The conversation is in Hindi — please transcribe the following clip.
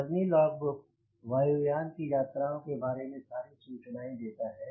जर्नी लॉगबुक वायु यान की यात्राओं के बारे में सारी सूचनाएं देता है